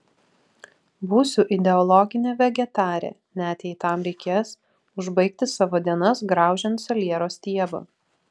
būsiu ideologinė vegetarė net jei tam reikės užbaigti savo dienas graužiant saliero stiebą